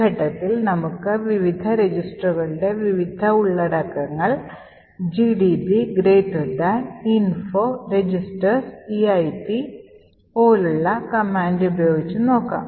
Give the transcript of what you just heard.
ഈ ഘട്ടത്തിൽ നമുക്ക് വിവിധ രജിസ്റ്ററുകളുടെ വിവിധ ഉള്ളടക്കങ്ങൾ gdb info registers eip പോലുള്ള കമാൻഡ് ഉപയോഗിച്ച് നോക്കാം